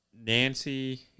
Nancy